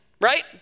right